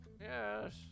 yes